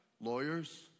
lawyers